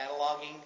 cataloging